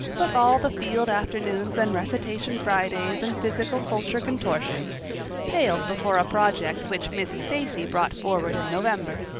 but all the field afternoons and recitation fridays and physical culture contortions paled before a project which miss stacy brought forward in november.